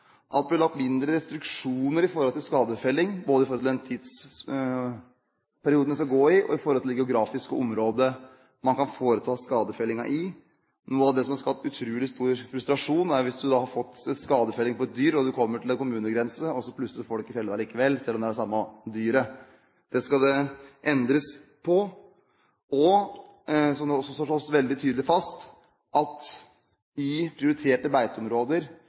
blir lagt mindre restriksjoner når det gjelder skadefelling, både tidsperioden den skal foregå i og det geografiske området hvor man kan foreta skadefellingen. Noe som har skapt utrolig stor frustrasjon, er hvis du har fått en skadefelling på et dyr og du kommer til en kommunegrense og så får du plutselig ikke felle allikevel selv om det er samme dyret. Det skal det endres på. Det slås også veldig tydelig fast at i prioriterte beiteområder